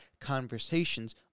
conversations